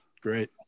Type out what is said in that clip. Great